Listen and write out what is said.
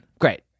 Great